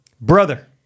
brother